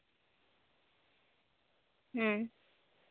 ᱦᱩᱸ